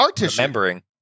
Remembering